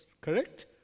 correct